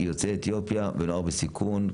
יוצאי אתיופיה ונוער בסיכון,